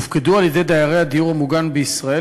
הופקדו על-ידי דיירי הדיור המוגן בישראל